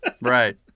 Right